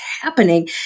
happening